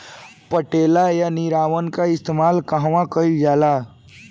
पटेला या निरावन का इस्तेमाल कहवा कइल जाला?